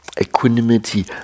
equanimity